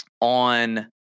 on